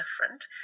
different